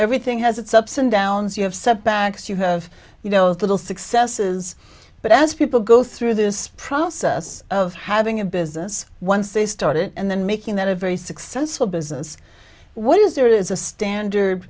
everything has its ups and downs you have setbacks you have you know the little successes but as people go through this process of having a business once they start it and then making that a very successful business what is there is a standard